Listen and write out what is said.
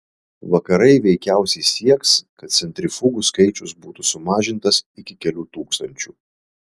vakarai veikiausiai sieks kad centrifugų skaičius būtų sumažintas iki kelių tūkstančių